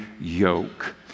yoke